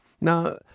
Now